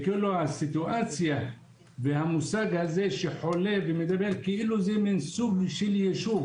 כאילו זה מן סוג של יישוב.